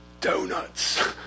donuts